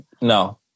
No